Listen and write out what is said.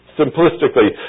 simplistically